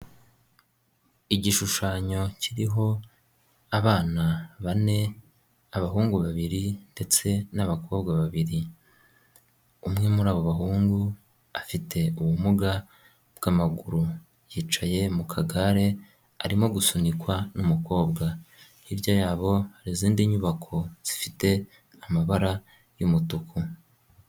Igishushanyo kiriho abana bane, abahungu babiri ndetse n'abakobwa babiri, umwe muri abo bahungu afite ubumuga bw'amaguru yicaye mu kagare arimo gusunikwa n'umukobwa, hirya yabo hari izindi nyubako zifite amabara y'umutuku.